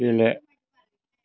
गेले